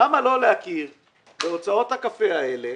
למה לא להכיר בהוצאות הקפה האלה?